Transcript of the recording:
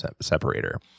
separator